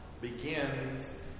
begins